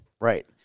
Right